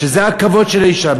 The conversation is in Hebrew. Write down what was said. שזה הכבוד של האישה,